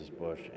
Bush